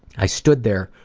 i stood there,